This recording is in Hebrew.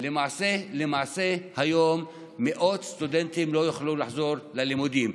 ולמעשה היום מאות סטודנטים לא יוכלו לחזור ללימודים.